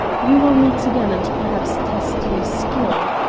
we will meet again, and perhaps test your skill.